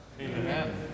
Amen